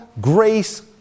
grace